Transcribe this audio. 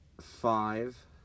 five